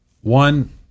One